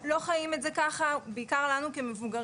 לא חיים את זה ככה, בעיקר לנו כמבוגרים.